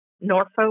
Norfolk